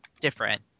different